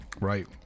Right